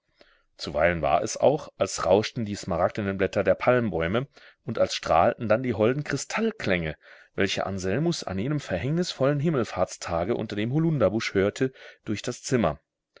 zuweilen war es auch als rauschten die smaragdenen blätter der palmbäume und als strahlten dann die holden kristallklänge welche anselmus an jenem verhängnisvollen himmelfahrtstage unter dem holunderbusch hörte durch das zimmer